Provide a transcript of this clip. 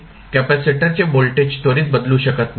कॅपेसिटरचे व्होल्टेज त्वरित बदलू शकत नाही